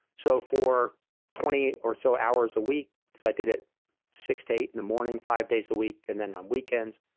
so, for twenty or so hours a week because i did it from six to eight in the morning, five days a week, and then on weekends,